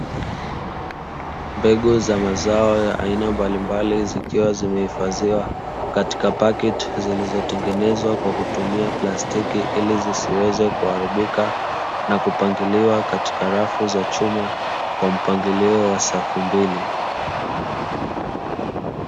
Mbegu za mazao ya aina mbalimbali, zikiwa zimehifadhiwa katika paketi zilizotengenezwa kwa kutumia plastiki, ili zisiweze kuharibika, na kupangiliwa katika rafu za chuma kwa mpangilio wa safu mbili.